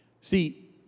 See